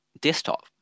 desktop